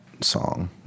song